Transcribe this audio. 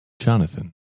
Jonathan